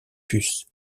puces